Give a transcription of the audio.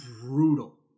brutal